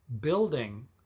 building